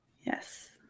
yes